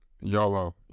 YOLO